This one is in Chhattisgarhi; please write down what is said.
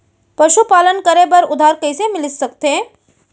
पशुपालन करे बर उधार कइसे मिलिस सकथे?